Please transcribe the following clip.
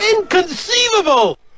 Inconceivable